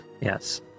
Yes